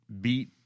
beat